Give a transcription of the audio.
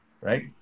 right